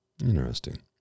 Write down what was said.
Interesting